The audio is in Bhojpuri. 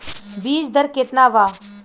बीज दर केतना वा?